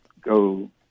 go